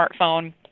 smartphone